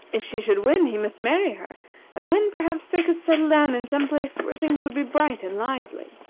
if she should win, he must marry her and then, perhaps, they could settle down in some place where things would be bright and lively.